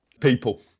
People